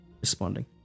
responding